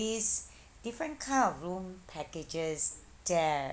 these different kind of room packages there